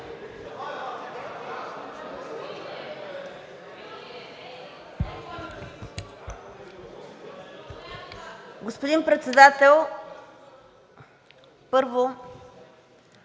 Господин Председател, първо,